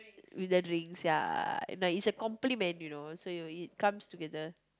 with a drinks ya no it's a complement you know so you know it comes together